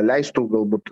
leistų galbūt